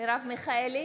מרב מיכאלי,